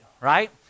right